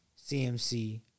CMC